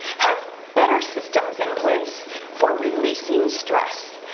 have better systems in place for releasing stress.